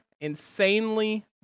insanely